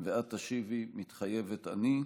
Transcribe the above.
ואת תשיבי: "מתחייבת אני".